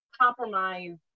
compromise